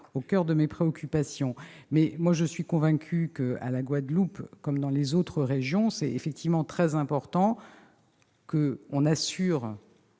au coeur de mes préoccupations. Je suis convaincue que, à la Guadeloupe comme dans les autres régions, il est effectivement très important d'assurer